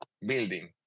building